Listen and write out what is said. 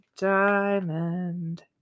Diamond